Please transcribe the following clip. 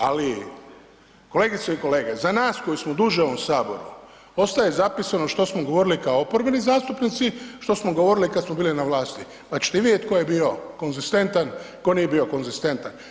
Ali kolegice i kolege za nas koji smo duže u ovom saboru ostaje zapisano što smo govorili kao oporbeni zastupnici, što smo govorili kad smo bili na vlasti pa ćete vidjeti tko je bio konzistentan, tko nije bio konzistentan.